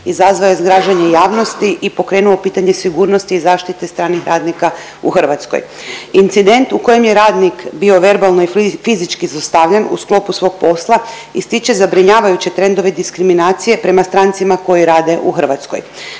izazvao je zgražanje javnosti i pokrenuo pitanje sigurnosti i zaštite stranih radnika u Hrvatskoj. Incident u kojem je radnik bio verbalno i fizički zlostavljen u sklopu svog posla ističe zabrinjavajuće trendove diskriminacije prema strancima koji rade u Hrvatskoj.